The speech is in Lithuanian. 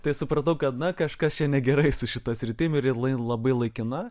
tai supratau kad na kažkas čia negerai su šita sritim ir ji la labai laikina